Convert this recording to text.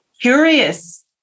curious